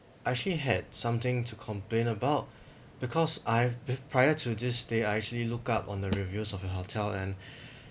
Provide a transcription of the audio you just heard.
I actually had something to complain about because I've been prior to this day I actually look up on the reviews of your hotel and